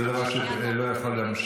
זה דבר שלא יכול להימשך.